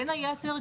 בין היתר,